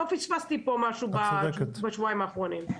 לא פספסתי פה משהו בשבועיים האחרונים?